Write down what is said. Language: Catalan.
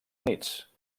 units